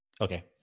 Okay